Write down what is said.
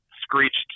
screeched